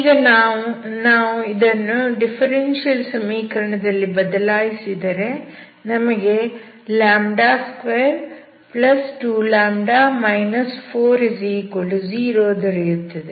ಈಗ ನಾವು ಇದನ್ನು ಡಿಫರೆನ್ಸಿಯಲ್ ಸಮೀಕರಣ ದಲ್ಲಿ ಬದಲಾಯಿಸಿದರೆ ನಮಗೆ 22λ 40 ದೊರೆಯುತ್ತದೆ